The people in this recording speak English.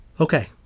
okay